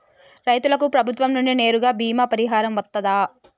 రైతులకు ప్రభుత్వం నుండి నేరుగా బీమా పరిహారం వత్తదా?